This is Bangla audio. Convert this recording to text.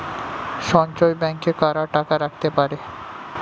সঞ্চয় ব্যাংকে কারা টাকা রাখতে পারে?